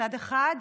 מצד אחד,